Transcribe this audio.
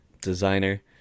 designer